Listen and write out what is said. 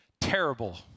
terrible